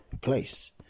place